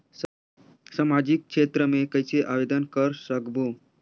समाजिक क्षेत्र मे कइसे आवेदन कर सकबो?